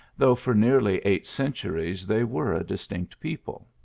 though for nearly eight centuries they were a distinct people.